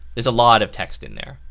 there's a lot of text in there,